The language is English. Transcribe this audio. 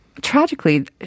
tragically